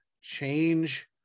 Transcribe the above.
change